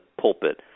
pulpit